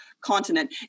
continent